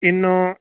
ಇನ್ನು